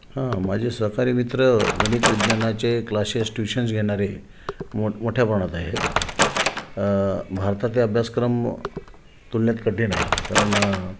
हां माझे सहकारी मित्र गणित विज्ञानाचे क्लाशेश ट्यूशन्स घेणारे मोठमोठ्या प्रमाणात आहेत भारतातले अभ्यासक्रम तुलनेत कठीण आहेत कारण